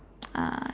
uh